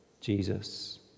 Jesus